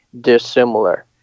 dissimilar